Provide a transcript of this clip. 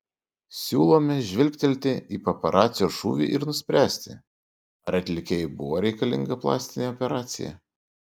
siūlome žvilgtelti į paparacio šūvį ir nuspręsti ar atlikėjui buvo reikalinga plastinė operacija